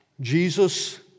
Jesus